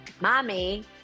mommy